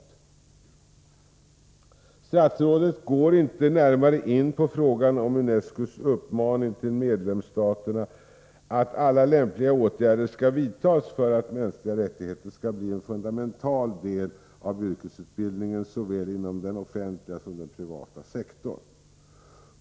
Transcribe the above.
Statsrådet går inte närmare in på frågan om UNESCO:s uppmaning till medlemsstaterna att vidta alla lämpliga åtgärder för att ämnet mänskliga rättigheter skall bli en fundamental del av yrkesutbildningen inom såväl den offentliga som den privata sektorn.